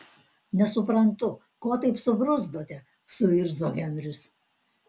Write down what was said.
nesuprantu ko taip subruzdote suirzo henris